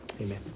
Amen